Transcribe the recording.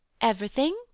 Everything